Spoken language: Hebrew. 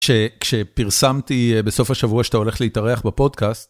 כשפרסמתי בסוף השבוע, שאתה הולך להתארח בפודקאסט.